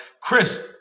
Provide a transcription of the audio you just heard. Chris